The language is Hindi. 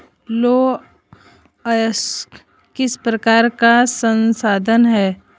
लौह अयस्क किस प्रकार का संसाधन है?